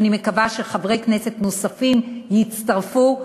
ואני מקווה שחברי כנסת נוספים יצטרפו.